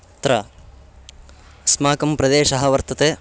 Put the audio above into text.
अत्र अस्माकं प्रदेशः वर्तते